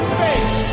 face